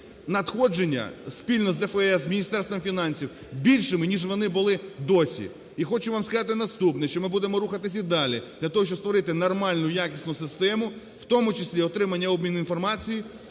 надходження спільно з ДФС, з Міністерством фінансів більшими, ніж вони були досі. І хочу вам сказати наступне, що ми будемо рухатися і далі для того, щоб створити нормальну якісну систему, в тому числі отримання обміну інформацією,